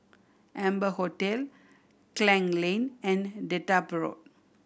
Amber Hotel Klang Lane and Dedap Road